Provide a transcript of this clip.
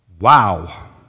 Wow